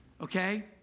Okay